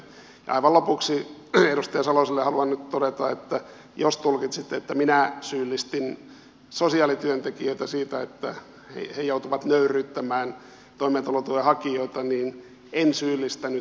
aivan lopuksi edustaja saloselle haluan todeta että jos tulkitsitte että minä syyllistin sosiaalityöntekijöitä siitä että he joutuvat nöyryyttämään toimeentulotuen hakijoita niin en syyllistänyt